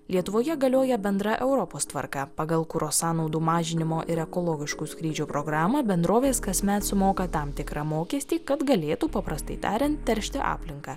lietuvoje galioja bendra europos tvarka pagal kuro sąnaudų mažinimo ir ekologiškų skrydžių programą bendrovės kasmet sumoka tam tikrą mokestį kad galėtų paprastai tariant teršti aplinką